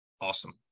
Awesome